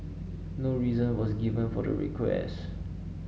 no reason was given for the request